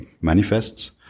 manifests